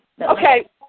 Okay